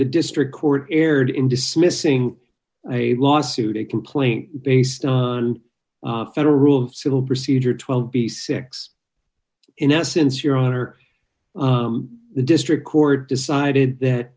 the district court erred in dismissing a lawsuit a complaint based on federal rules civil procedure twelve b six in essence your honor the district court decided that